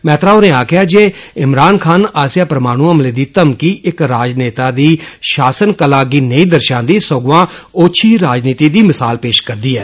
मैत्रा होरें आक्खेआ जे इमरान खान आस्सेआ परमाणु हमले दी धमकी इक्क राजनेता दी षासन कला गी नेई दर्षादी सगुआं ओच्छी राजनीति दी मिसाल पेष करदी ऐ